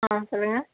ஆ சொல்லுங்கள்